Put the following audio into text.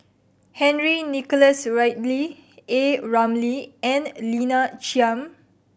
Henry Nicholas Ridley A Ramli and Lina Chiam